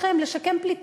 אזורית